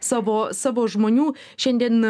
savo savo žmonių šiandien